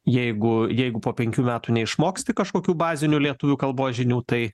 jeigu jeigu po penkių metų neišmoksti kažkokių bazinių lietuvių kalbos žinių tai